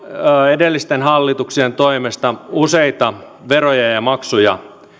edellisten hallituksien toimesta useita veroja ja ja maksuja